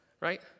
Right